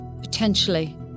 potentially